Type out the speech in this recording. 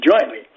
jointly